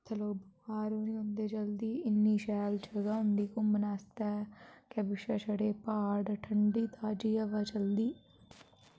उत्थै लोक बमार बी नेईं होंदे जल्दी इ'न्नी शैल जगह होंदी घूमने आस्तै अग्गें पिच्छें छड़े प्हाड़ ठंडी ताजी हवा चलदी